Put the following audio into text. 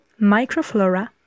microflora